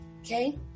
Okay